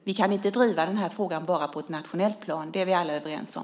Vi kan inte driva den här frågan bara på ett nationellt plan. Det är vi alla överens om.